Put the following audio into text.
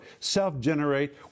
self-generate